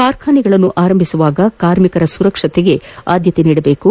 ಕಾರ್ಖಾನೆಗಳನ್ನು ಆರಂಭಿಸುವಾಗ ಕಾರ್ಮಿಕರ ಸುರಕ್ಷತೆಗೆ ಆದ್ದತೆ ನೀಡಬೇಕು